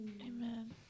Amen